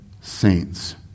saints